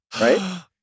Right